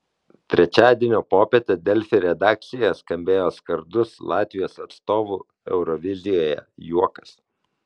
trečiadienio popietę delfi redakcijoje skambėjo skardus latvijos atstovų eurovizijoje juokas